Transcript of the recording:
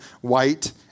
white